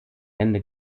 ende